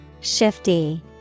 Shifty